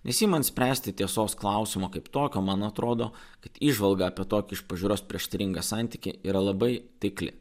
nesiimant spręsti tiesos klausimo kaip tokio man atrodo kad įžvalgą apie tokį iš pažiūros prieštaringą santykį yra labai taikli